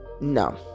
No